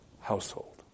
household